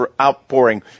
outpouring